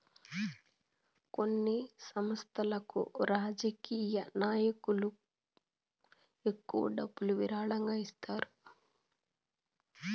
కొన్ని సంస్థలకు రాజకీయ నాయకులు ఎక్కువ డబ్బులు విరాళంగా ఇస్తారు